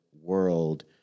world